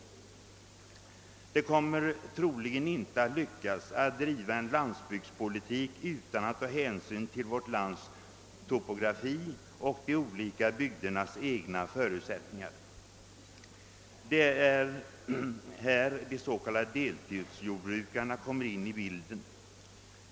Det kommer troligen inte att lyckas att driva en landsbygspolitik utan att ta hänsyn till vårt lands topografi och de olika bygdernas egna förutsättningar. Det är här de s.k. deltidsjordbrukarna kommer in i bilden.